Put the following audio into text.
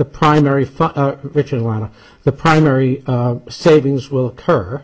the primary for which a lot of the primary savings will occur